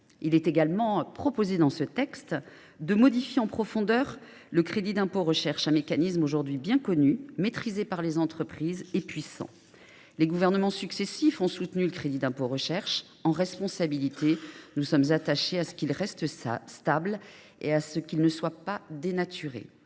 Il est également proposé, au travers de ce texte, de modifier en profondeur le crédit d’impôt recherche, un mécanisme aujourd’hui bien connu, maîtrisé par les entreprises et puissant. Les gouvernements successifs ont soutenu ce dispositif. Nous prenons nos responsabilités et nous sommes attachés au fait qu’il reste stable et ne soit pas dénaturé.